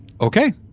Okay